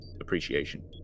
appreciation